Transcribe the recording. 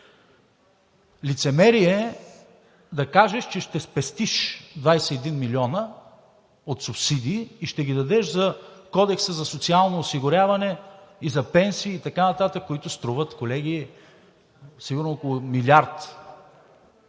Лицемерие е да кажеш, че ще спестиш 21 милиона от субсидии и ще ги дадеш за Кодекса за социално осигуряване, и за пенсии, и така нататък, които струват, колеги, сигурно около милиард,